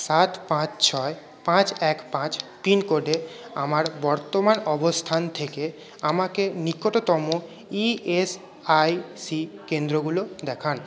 সাত পাঁচ ছয় পাঁচ এক পাঁচ পিনকোডে আমার বর্তমান অবস্থান থেকে আমাকে নিকটতম ইএসআইসি কেন্দ্রগুলো দেখান